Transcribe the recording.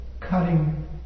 cutting